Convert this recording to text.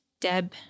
Deb